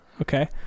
Okay